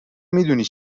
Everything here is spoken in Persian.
میدونی